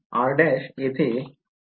r' येथे